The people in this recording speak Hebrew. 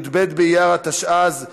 י"ב באייר התשע"ז,